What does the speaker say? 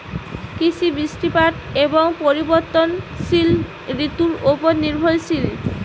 কৃষি বৃষ্টিপাত এবং পরিবর্তনশীল ঋতুর উপর নির্ভরশীল